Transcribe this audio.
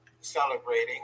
celebrating